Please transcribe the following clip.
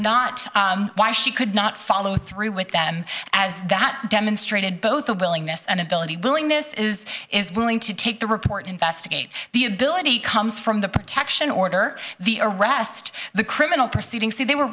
not why she could not follow through with them as that demonstrated both the willingness and ability willingness is is willing to take the report investigate the ability comes from the protection order the arrest the criminal proceeding so they were